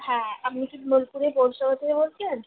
হ্যাঁ আপনি কি বোলপুরের পৌরসভা থেকে বলছেন